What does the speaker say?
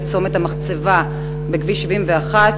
בצומת המחצבה בכביש 71,